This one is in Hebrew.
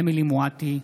אמילי מואטי,